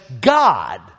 God